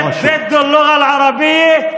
שנייה.